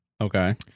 okay